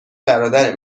برادر